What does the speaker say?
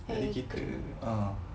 jadi kita ah